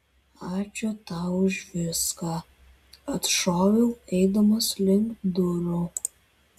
ačiū tau už viską atšoviau eidamas link durų